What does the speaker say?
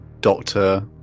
doctor